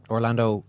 Orlando